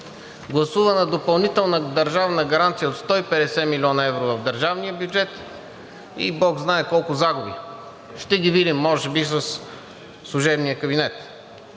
гласувана допълнителна държавна гаранция от 150 млн. евро в държавния бюджет и бог знае колко загуби. Ще ги видим може би със служебния кабинет.